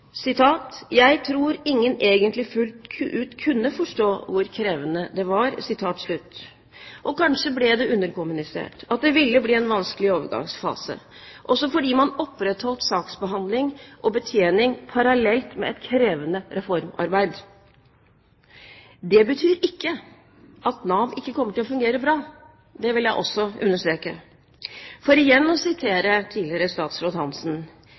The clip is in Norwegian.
tror ingen egentlig fullt ut kunne forstå hvor krevende det var.» Kanskje ble det underkommunisert at det ville bli en vanskelig overgangsfase, også fordi man opprettholdt saksbehandling og betjening parallelt med et krevende reformarbeid. Det betyr ikke at Nav ikke kommer til å fungere bra. Det vil jeg også understreke. For igjen å sitere tidligere statsråd